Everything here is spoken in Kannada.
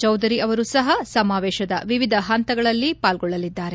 ಚೌಧರಿ ಅವರೂ ಸಹ ಸಮಾವೇಶದ ವಿವಿಧ ಹಂತಗಳಲ್ಲಿ ಪಾಲ್ಗೊಳ್ಳಲಿದ್ದಾರೆ